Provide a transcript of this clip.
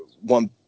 one